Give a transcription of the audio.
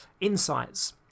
insights